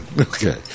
Okay